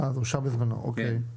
זה אושר בזמנו, אוקיי.